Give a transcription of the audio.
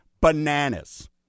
bananas